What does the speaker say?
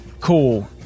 Cool